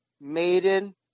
maiden